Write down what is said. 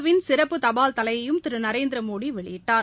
win சிறப்பு தபால் தலையையும் திரு நரேந்திர மோடி வெளியிட்டார்